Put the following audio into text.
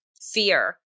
fear